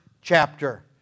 chapter